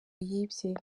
yibye